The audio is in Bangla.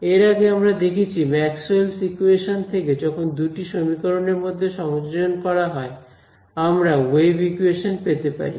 এর আগে আমরা দেখেছি ম্যাক্সওয়েলস ইকুয়েশনস Maxwell's equations থেকে যখন দুটি সমীকরণের মধ্যে সংযোজন করা হয় আমরা ওয়েভ ইকোয়েশন পেতে পারি